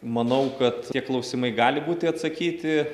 manau kad tie klausimai gali būti atsakyti